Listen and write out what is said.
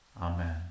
Amen